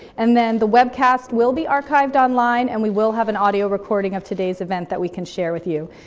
and then the webcast will be archived online. and we will have an audio recording of today's event that we can share with you.